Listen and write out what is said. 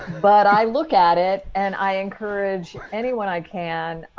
but i look at it and i encourage anyone i can.